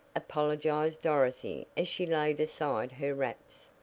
apologized dorothy as she laid aside her wraps.